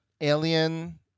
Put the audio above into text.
alien